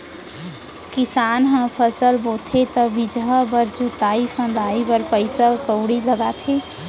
किसान ह फसल बोथे त बीजहा बर, जोतई फंदई बर पइसा कउड़ी लगाथे